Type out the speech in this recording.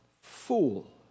fool